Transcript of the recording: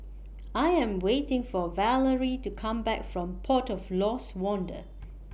I Am waiting For Valery to Come Back from Port of Lost Wonder